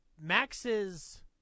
Max's